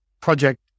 project